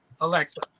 Alexa